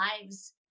lives